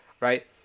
right